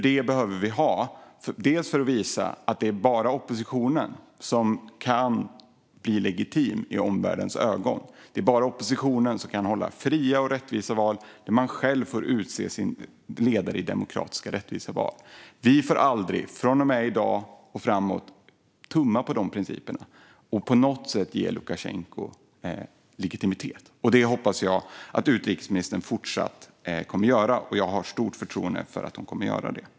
Det behöver vi ha för att visa att det bara är oppositionen som kan bli legitim i omvärldens ögon. Det är bara oppositionen som kan hålla fria, demokratiska och rättvisa val där man själv får utse sina ledare. Vi får från och med i dag och framåt aldrig tumma på de principerna och på något sätt ge Lukasjenko legitimitet. Så hoppas jag att utrikesministern fortsatt kommer att agera. Jag har stort förtroende för att hon kommer att göra det.